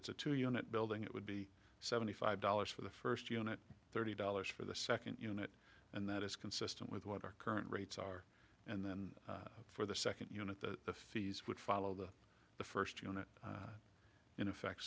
it's a two unit building it would be seventy five dollars for the first unit thirty dollars for the second unit and that is consistent with what our current rates are and then for the second unit the fees would follow the the first unit in effect